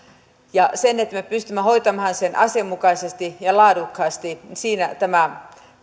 siihen että me pystymme hoitamaan sen asianmukaisesti ja laadukkaasti tämä